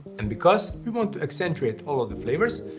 and because we want to accentuate all of the flavors,